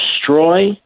destroy